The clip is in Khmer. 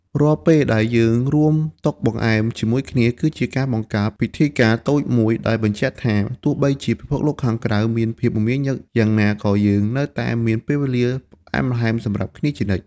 រាល់ពេលដែលយើងរួមតុបង្អែមជាមួយគ្នា គឺជាការបង្កើតពិធីការណ៍តូចមួយដែលបញ្ជាក់ថា ទោះបីជាពិភពលោកខាងក្រៅមានភាពមមាញឹកយ៉ាងណា ក៏យើងនៅតែមានពេលវេលាផ្អែមល្ហែមសម្រាប់គ្នាជានិច្ច។